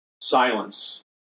silence